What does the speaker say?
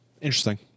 Interesting